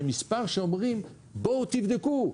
זה מספר שאומרים: בואו תבדקו,